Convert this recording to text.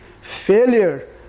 failure